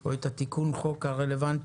או את תיקון החוק הרלוונטי.